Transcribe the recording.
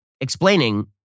explaining